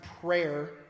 prayer